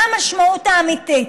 מה המשמעות האמיתית?